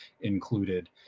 included